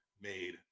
made